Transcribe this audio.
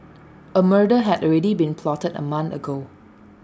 A murder had already been plotted A month ago